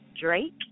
Drake